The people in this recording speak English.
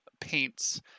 paints